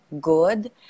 good